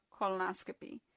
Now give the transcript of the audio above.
colonoscopy